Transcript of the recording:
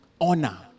Honor